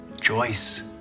Joyce